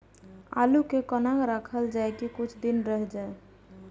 आलू के कोना राखल जाय की कुछ दिन रह जाय?